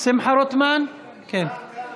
אדוני היושב-ראש, כנסת